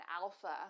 alpha